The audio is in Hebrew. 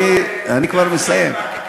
אני כבר מסיים.